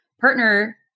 Partner